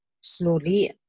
slowly